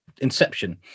inception